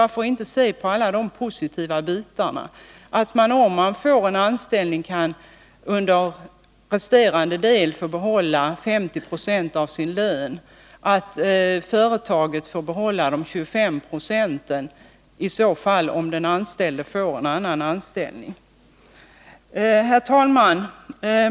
Den som varit anställd där och som får en annan anställning kan under resterande del av bidragsperioden få behålla 50 96 av sin lön och företaget får behålla 25 90. Varför inte se på alla de positiva bitarna? Herr talman!